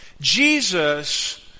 Jesus